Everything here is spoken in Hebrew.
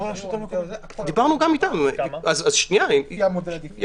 הכול מוארך לפי המודל הדיפרנציאלי,